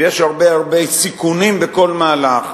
ויש הרבה סיכונים בכל מהלך,